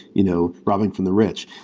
you know robin from the rich.